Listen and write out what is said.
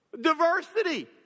diversity